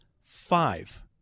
five